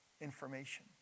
information